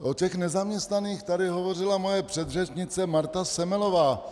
O těch nezaměstnaných tady hovořila moje předřečnice Marta Semelová.